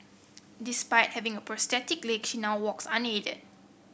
despite having a prosthetic she now walks unaided